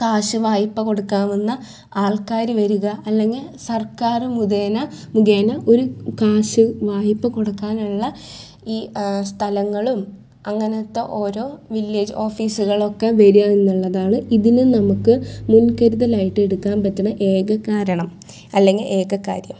കാശ് വായ്പ കൊടുക്കാവുന്ന ആൾക്കാർ വരുക അല്ലെങ്കിൽ സർക്കാർ മുഖേന മുഖേന ഒരു കാശ് വായ്പ കൊടുക്കാനുള്ള ഈ സ്ഥലങ്ങളും അങ്ങനത്തെ ഓരോ വില്ലേജ് ഓഫീസുകളുമൊക്കെ വരുക എന്നുള്ളതാണ് ഇതിനു നമുക്ക് മുൻകരുതലയിട്ട് എടുക്കാൻ പറ്റുന്ന ഏക കാരണം അല്ലെങ്കിൽ ഏക കാര്യം